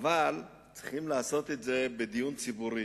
אבל צריכים לעשות את זה בדיון ציבורי,